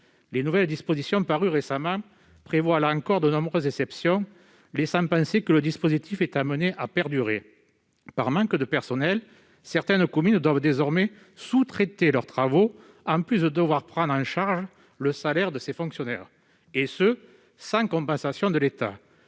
Les nouvelles dispositions parues récemment prévoient là encore de nombreuses exceptions, laissant penser que le dispositif est amené à perdurer. Par manque de personnel, certaines communes doivent désormais sous-traiter leurs travaux, alors qu'elles prennent en charge le salaire de leurs fonctionnaires, et ce sans compensation de l'État.